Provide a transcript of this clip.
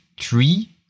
three